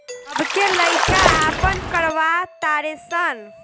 अब के लइका आपन करवा तारे सन